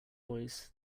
voice